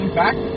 back